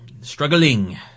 struggling